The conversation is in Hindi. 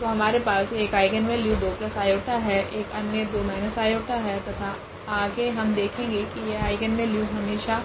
तो हमारे पास 1 आइगनवेल्यू 2i है एक अन्य 2 i है तथा आगे हम देखेगे की यह आइगनवेल्यूस हमेशा